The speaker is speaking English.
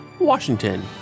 Washington